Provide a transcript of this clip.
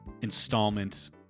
installment